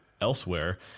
elsewhere